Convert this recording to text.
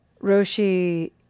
Roshi